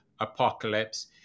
apocalypse